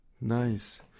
Nice